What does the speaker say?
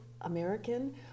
American